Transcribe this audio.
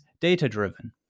data-driven